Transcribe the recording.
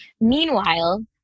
Meanwhile